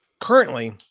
Currently